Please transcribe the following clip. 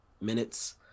minutes